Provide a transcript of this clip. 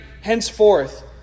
henceforth